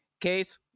Case